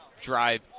Drive